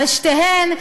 על שתיהן,